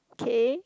okay